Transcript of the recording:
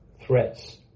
threats